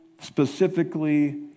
specifically